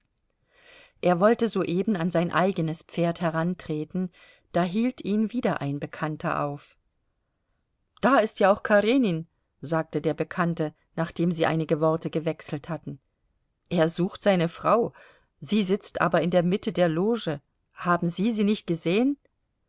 er wollte soeben an sein eigenes pferd herantreten da hielt ihn wieder ein bekannter auf da ist ja auch karenin sagte der bekannte nachdem sie einige worte gewechselt hatten er sucht seine frau sie sitzt aber in der mitte der loge haben sie sie nicht gesehen